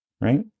right